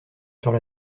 sont